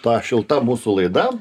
ta šilta mūsų laida